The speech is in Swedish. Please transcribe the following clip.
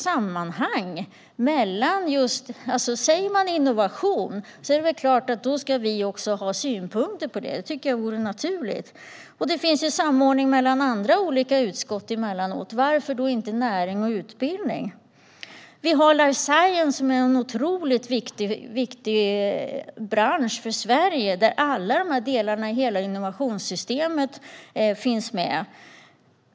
Om man talar om innovation bör vi ju få ha synpunkter på det. Det vore naturligt, tycker jag. Det finns ju emellanåt samordning mellan andra utskott. Varför finns det inte det mellan närings och utbildningsutskotten? Life science är också en viktig bransch för Sverige. Alla delar i innova-tionssystemet finns med där.